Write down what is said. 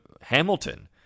Hamilton